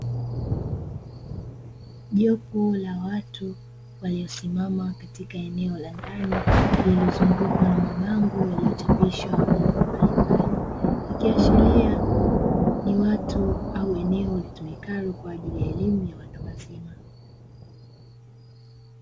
Jopo la watu waliosimama katika eneo la ndani lililozungukwa na mabango lililochapishwa na mambo mbalimbali, likiashiria ni watu au eneo litumikalo kwaajili ya elimu ya watu wazima.